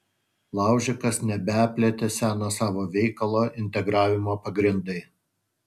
laužikas nebeplėtė seno savo veikalo integravimo pagrindai